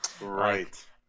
right